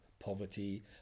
poverty